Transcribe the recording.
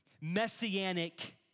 messianic